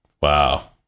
wow